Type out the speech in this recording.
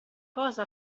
cosa